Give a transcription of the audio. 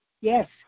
Yes